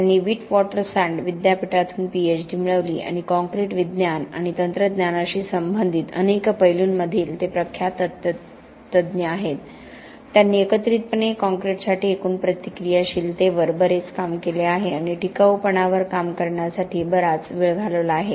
त्यांनी विटवॉटरसँड विद्यापीठातून पीएचडी मिळवली आणि काँक्रीट विज्ञान आणि तंत्रज्ञानाशी संबंधित अनेक पैलूंमधील ते प्रख्यात तज्ज्ञ आहे त्यांनी एकत्रितपणे काँक्रीटसाठी एकूण प्रतिक्रियाशीलतेवर बरेच काम केले आहे आणि टिकाऊपणावर काम करण्यासाठी बराच वेळ घालवला आहे